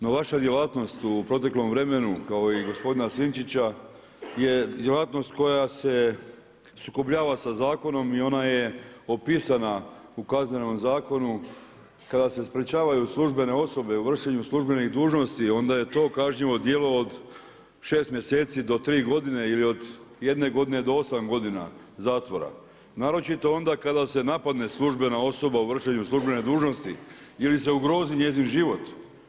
No vaša djelatnost u proteklom vremenu kao i gospodina Sinčića je djelatnost koja se sukobljava sa zakonom i ona je upisana u Kaznenom zakonu, kada se sprečavaju službene osobe u vršenju službenih dužnosti onda je to kažnjivo djelo od šest mjeseci do tri godine ili od jedne godine do osam godina zatvora, naročito onda kada se napadne službena osoba u vršenu službene dužnosti ili se ugrozi njezin život.